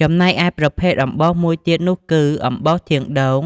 ចំណែកឯប្រភេទអំបោសមួយទៀតនោះគឺ អំបោសធាងដូង